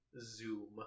Zoom